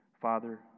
Father